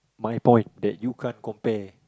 my point that you can't compare